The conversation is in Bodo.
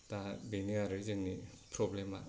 दा बेनो आरो जोंनि प्रब्लेमा